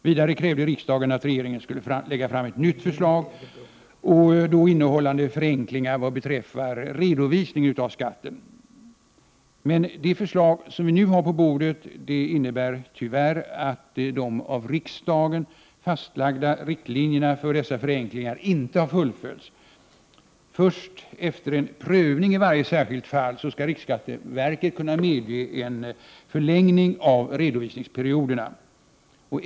Vidare krävde riksdagen att regeringen skulle lägga fram ett nytt förslag, innehållande förenklingar vad beträffar redovisningen av skatten. Men de förslag som vi nu har på bordet innebär, tyvärr, att de av riksdagen fastlagda riktlinjerna för dessa förenklingar inte har fullföljts. Först efter en prövning i varje särskilt fall skall riksskatteverket kunna medge en förlängning av redovisningsperioderna.